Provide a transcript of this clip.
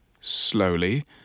slowly